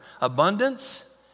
abundance